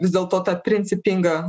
vis dėlto ta principinga